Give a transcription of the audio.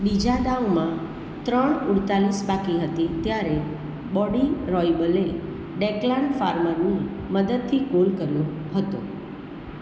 બીજા દાવમાં ત્રણ અડતાલીસ બાકી હતી ત્યારે બોબી રોયબલે ડેક્લાન ફાર્મરની મદદથી ગોલ કર્યો હતો